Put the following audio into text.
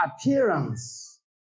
appearance